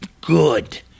good